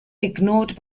ignored